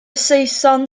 saeson